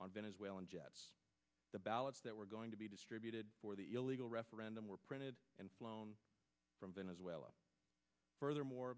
on venezuelan jets the ballots that were going to be distributed for the illegal referendum were printed and flown from venezuela furthermore